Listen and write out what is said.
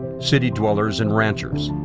city-dwellers and ranchers,